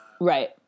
right